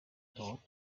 thought